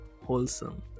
wholesome